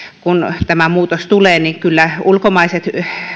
kun tämä muutos tulee niin kyllä ulkomaiset